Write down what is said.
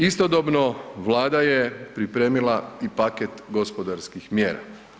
Istodobno Vlada je pripremila i paket gospodarskih mjera.